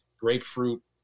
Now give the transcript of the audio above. grapefruit